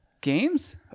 Games